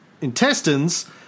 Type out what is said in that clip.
intestines